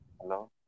Hello